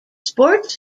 sports